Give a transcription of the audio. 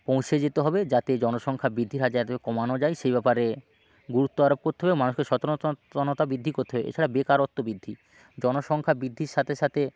পৌঁছে যেতে হবে যাতে জনসংখ্যা বৃদ্ধির হার যাতে কমানো যায় সেই ব্যাপারে গুরুত্ব আরোপ করতে হবে মানুষকে সচেতনতা করতে হবে এছাড়া বেকারত্ব বৃদ্ধি জনসংখ্যার বৃদ্ধির সাথে সাথে